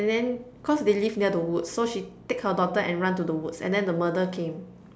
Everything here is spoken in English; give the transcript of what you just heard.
and then cause they live near the woods so she take her daughter and run to the woods and then the murderer came